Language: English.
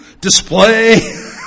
display